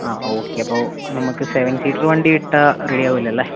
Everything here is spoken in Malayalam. ആ ഓക്കെ അപ്പോൾ നമുക്ക് സെവൻ സീറ്റർ വണ്ടി ഇട്ടാൽ റെഡി ആവൂലല്ലേ